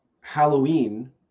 Halloween